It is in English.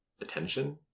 attention